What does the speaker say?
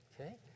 okay